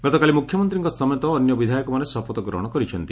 ଗତକାଲି ମୁଖ୍ୟମନ୍ତୀଙ୍କ ସମେତ ଅନ୍ୟ ବିଧାୟକମାନେ ଶପଥ ଗ୍ରହଶ କରିଛନ୍ତି